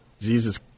Jesus